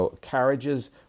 carriages